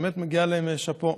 ובאמת מגיע להם שאפו.